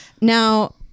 Now